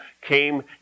came